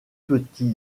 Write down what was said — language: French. petits